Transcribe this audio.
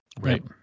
Right